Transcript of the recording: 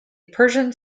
persian